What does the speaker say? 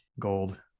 gold